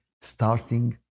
starting